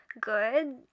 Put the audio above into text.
good